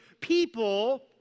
people